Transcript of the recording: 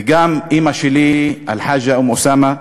וגם לאימא שלי, אל-חאג'ה אום-אוסאמה,